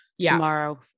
tomorrow